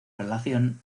relación